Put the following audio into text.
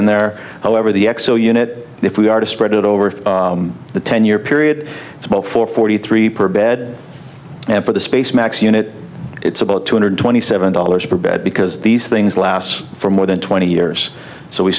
in there however the xo unit if we are to spread it over the ten year period it's about four forty three per bed and for the space max unit it's about two hundred twenty seven dollars per bed because these things last for more than twenty years so we